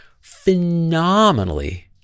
phenomenally